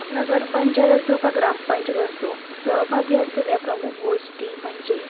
नगरपंचायत असो का ग्रामपंचायत असो सहभागी असलेल्या प्रमुख गोष्टी म्हणजे